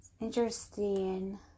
Interesting